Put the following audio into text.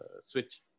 switch